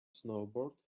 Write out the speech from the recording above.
snowboard